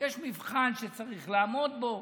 יש מבחן שהוא צריך לעמוד בו.